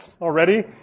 already